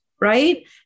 right